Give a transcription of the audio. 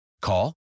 Call